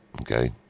Okay